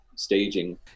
staging